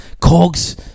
cogs